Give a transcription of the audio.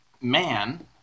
man